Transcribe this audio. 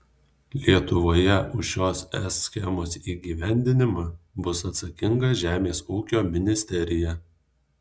lietuvoje už šios es schemos įgyvendinimą bus atsakinga žemės ūkio ministerija